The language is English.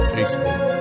Facebook